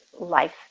life